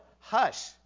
Hush